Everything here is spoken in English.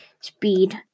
speed